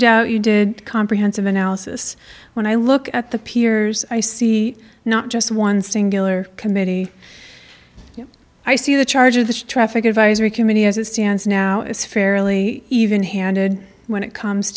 doubt you did comprehensive analysis when i look at the peers i see not just one singular committee i see the charge of the traffic advisory committee as it stands now is fairly even handed when it comes